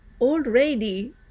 already